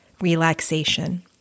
relaxation